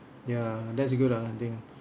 ya that's good ah I think